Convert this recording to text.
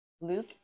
Luke